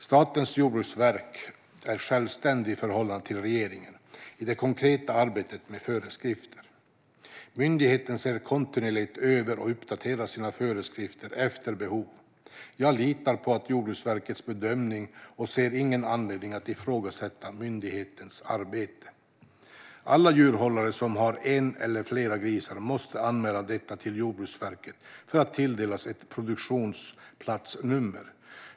Statens jordbruksverk är självständigt i förhållande till regeringen i det konkreta arbetet med föreskrifter. Myndigheten ser kontinuerligt över och uppdaterar sina föreskrifter efter behov. Jag litar på Jordbruksverkets bedömning och ser ingen anledning att ifrågasätta myndighetens arbete. Alla djurhållare som har en eller flera grisar måste anmäla detta till Jordbruksverket för att tilldelas ett produktionsplatsnummer.